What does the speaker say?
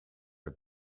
het